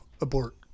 abort